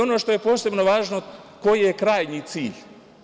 Ono što je posebno važno - koji je krajnji cilj?